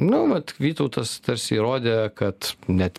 nu vat vytautas tarsi įrodė kad net